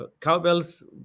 Cowbells